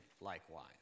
likewise